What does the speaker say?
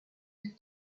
die